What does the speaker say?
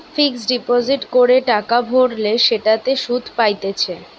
fixed deposit করে টাকা ভরলে সেটাতে সুধ পাইতেছে